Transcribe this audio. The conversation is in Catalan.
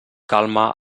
calma